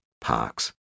parks